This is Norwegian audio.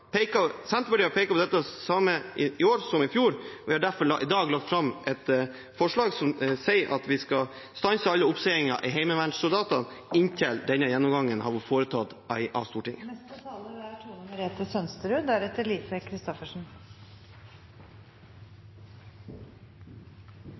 Senterpartiet peker på det samme i år som i fjor. Vi har derfor i dag lagt fram et forslag om å stanse alle oppsigelser av heimevernssoldater inntil Stortinget har foretatt en gjennomgang av rapporten. Mot bl.a. Arbeiderpartiets stemmer vil det i